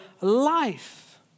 life